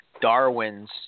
Darwin's